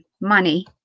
money